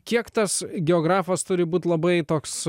kiek tas geografas turi būt labai toks